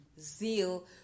zeal